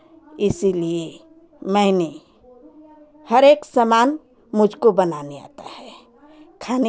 इसीलिए मैंने हरेक सामान मुझको बनाने आता है खाना